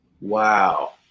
wow